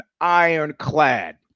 ironclad